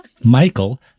Michael